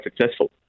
successful